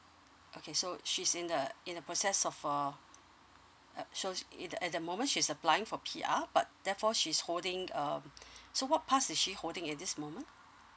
okay so she's in the in the process of uh uh so so at the moment she's applying for P_R but therefore she's holding um so what pass is she holding at this moment